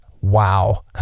Wow